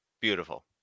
beautiful